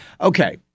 Okay